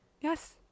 Yes